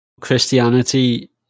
christianity